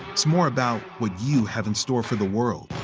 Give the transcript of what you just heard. it's more about what you have in store for the world.